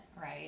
right